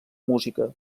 música